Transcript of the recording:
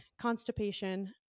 constipation